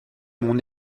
mon